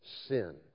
sin